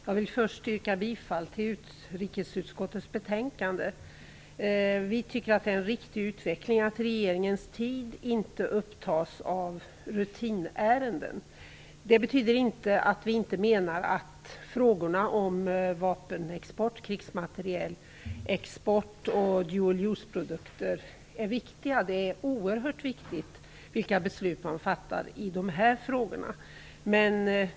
Fru talman! Jag vill först yrka bifall till hemställan i utrikesutskottets betänkande. Vi tycker att det är en riktig utveckling att regeringens tid inte upptas av rutinärenden. Det betyder inte att vi menar att frågorna om krigsmaterielexport och dual use-produkter inte är viktiga. Det är tvärtom oerhört viktigt vilka beslut man fattar i de här frågorna.